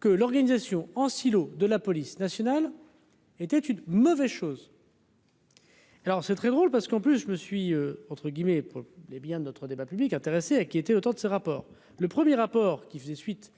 Que l'organisation en silo de la police nationale était une mauvaise chose. Alors c'est très drôle parce qu'en plus, je me suis entre guillemets pour les biens de notre débat public intéressé à qui était l'auteur de ce rapport, le 1er rapport qui faisait suite